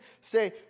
say